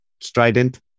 strident